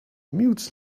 mutes